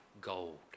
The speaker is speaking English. gold